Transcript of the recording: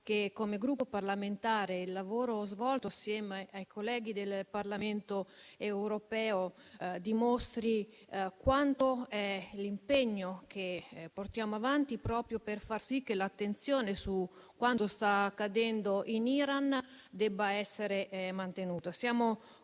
che, come Gruppo parlamentare, il lavoro svolto assieme ai colleghi del Parlamento europeo dimostri l'impegno che portiamo avanti proprio per far sì che l'attenzione su quanto sta accadendo in Iran sia mantenuta.